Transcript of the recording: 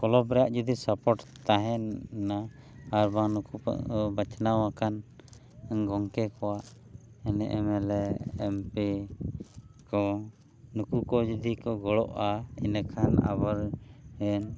club ᱨᱮᱭᱟᱜ ᱡᱩᱫᱤ support ᱛᱟᱦᱮᱱᱟ ᱟᱨ ᱵᱟᱝ ᱱᱩᱠᱩ ᱠᱚ ᱵᱟᱪᱷᱱᱟᱣ ᱟᱠᱟᱱ ᱜᱚᱢᱠᱮ ᱠᱚᱣᱟᱜ M A L M P ᱠᱚ ᱱᱩᱠᱩ ᱠᱚ ᱡᱩᱫᱤ ᱠᱚ ᱜᱚᱲᱚᱜᱼᱟ ᱤᱱᱟᱹ ᱠᱷᱟᱱ ᱟᱵᱟᱨ ᱦᱮᱸ